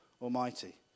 Almighty